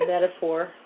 metaphor